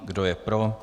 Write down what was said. Kdo je pro?